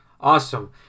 Awesome